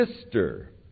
sister